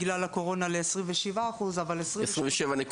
בגלל הקורונה ל-27 אחוז --- 27.2.